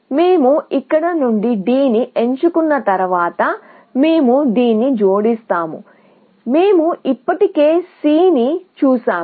మేము ఇక్కడ నుండి D ని ఎంచుకున్న తర్వాత మేము దీన్ని జోడిస్తాము మేము ఇప్పటికే C ని చూశాము